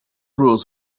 rules